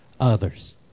others